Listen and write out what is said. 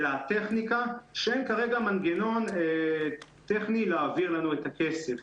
אלא הטכניקה שכרגע אין מנגנון טכני להעביר לנו את הכסף.